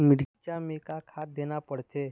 मिरचा मे का खाद देना पड़थे?